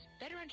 Better